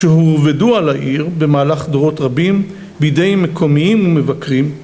שהועבדו על העיר במהלך דורות רבים בידי מקומיים ומבקרים